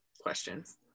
questions